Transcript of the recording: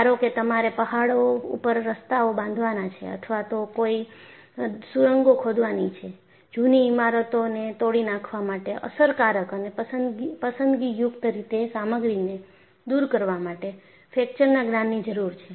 ધારો કે તમારે પહાડો ઉપર રસ્તાઓ બાંધવાના છે અથવા તો કોઈ સુરંગો ખોદવાની જૂની ઇમારતોને તોડી નાખવા માટે અસરકારક અને પસંદગીયુક્ત રીતે સામગ્રીને દૂર કરવા માટે ફ્રેકચરના જ્ઞાનની જરૂર છે